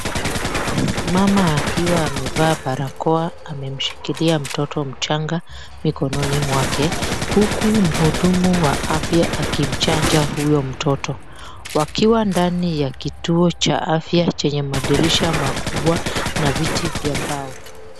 Mama akiwa amevaa barakoa, amemshikilia mtoto mchanga mikononi mwake, huku mhudumu wa afya akimchanja huyo mtoto, wakiwa ndani ya kituo cha afya chenye madirisha makubwa na viti vya mbao.